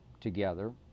together